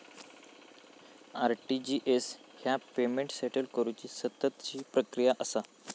RTGS ह्या payment settle करुची सततची प्रक्रिया असा